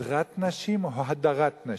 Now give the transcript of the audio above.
הדְרת נשים או הדָרת נשים?